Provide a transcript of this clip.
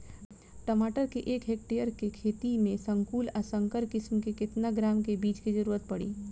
टमाटर के एक हेक्टेयर के खेती में संकुल आ संकर किश्म के केतना ग्राम के बीज के जरूरत पड़ी?